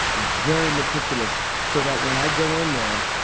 very meticulous so that when i go in there,